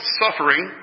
suffering